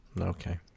okay